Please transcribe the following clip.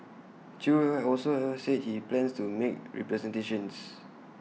chew are also said he plans to make representations